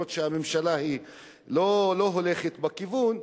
אפילו שהממשלה לא הולכת בכיוון,